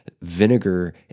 vinegar